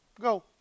Go